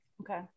Okay